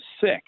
sick